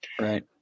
Right